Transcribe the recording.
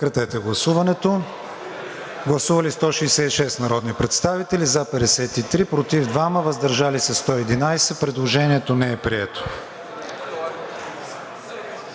октомври 2022 г. Гласували 169 народни представители: за 54, против 2, въздържали се 113. Предложението не е прието.